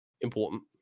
Important